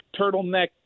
turtleneck